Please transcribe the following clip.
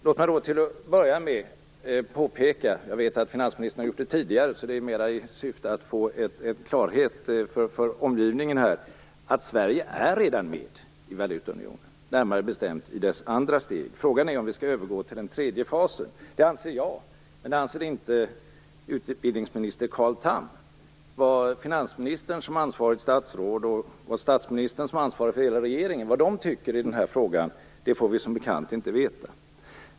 Låt mig då till att börja med påpeka - jag vet att finansministern har gjort det tidigare, så mitt påpekande har mer till syfte att omgivningen skall få klarhet om detta - att Sverige redan är med i valutaunionen, närmare bestämt i dess andra steg. Frågan är om vi skall övergå till den tredje fasen. Det anser jag, men det anser inte utbildningsminister Carl Tham. Vad finansministern som ansvarigt statsråd och statsministern som ansvarig för hela regeringen tycker i den här frågan får vi som bekant inte veta.